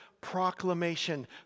proclamation